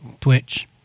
Twitch